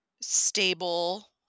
stable